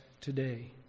today